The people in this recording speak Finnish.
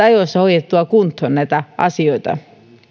ajoissa hoidettua kuntoon näitä asioita